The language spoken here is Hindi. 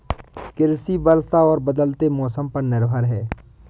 कृषि वर्षा और बदलते मौसम पर निर्भर है